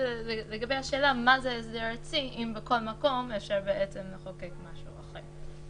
ולגבי השאלה מה זה הסדר ארצי אם בכל מקום אפשר בעצם לחוקק משהו אחר,